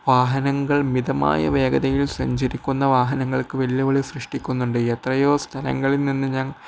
വാഹനങ്ങൾ മിതമായ വേഗതയിൽ സഞ്ചരിക്കുന്ന വാഹനങ്ങൾക്ക് വെല്ലുവിളി സൃഷ്ടിക്കുന്നുണ്ട് എത്രയോ സ്ഥലങ്ങളിൽ നിന്ന് ഞാൻ